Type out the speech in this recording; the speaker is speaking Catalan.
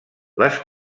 les